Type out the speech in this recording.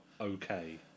okay